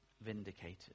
vindicated